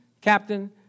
captain